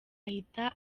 ahita